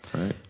Right